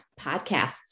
podcasts